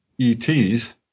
ETs